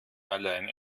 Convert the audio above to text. allein